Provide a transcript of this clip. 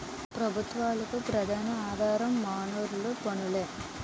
ప్రభుత్వాలకు ప్రధాన ఆధార వనరులు పన్నులే